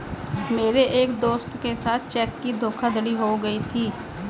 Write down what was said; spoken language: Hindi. मेरे एक दोस्त के साथ चेक की धोखाधड़ी हो गयी थी